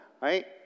right